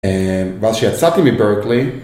אהה... ואז כשיצאתי מברקלי